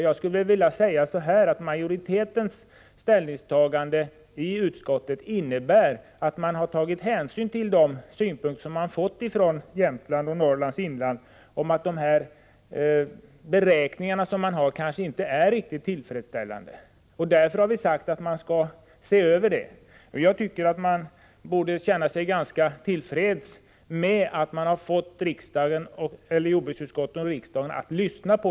Jag skulle vilja säga att majoritetens ställningstagande i utskottet innebär att man har tagit hänsyn till de uppgifter som kommit från Jämtland och Norrlands inland om att de här beräkningarna inte är riktigt tillfredsställande. Därför har vi sagt att man skall se över gränsdragningarna. Jag tycker att man borde känna sig ganska till freds med att man har fått jordbruksutskottet och riksdagen att lyssna.